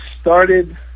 started